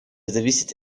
зависеть